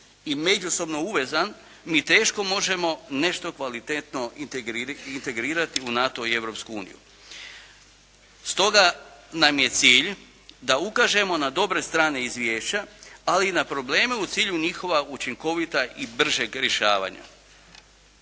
im međusobno uvezan, mi teško možemo nešto kvalitetno integrirati u NATO i Europsku Uniju. Stoga nam je cilj da ukažemo na dobre strane izvješća, ali i na probleme u cilju njihova učinkovita i bržeg rješavanja.